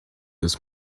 this